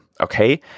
okay